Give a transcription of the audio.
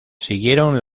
siguieron